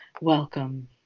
Welcome